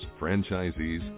franchisees